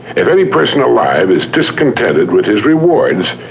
if any person alive is discontented with his rewards,